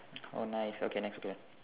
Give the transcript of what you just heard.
oh nice okay next question